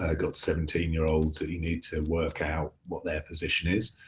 ah got seventeen year olds that you need to work out what their position is.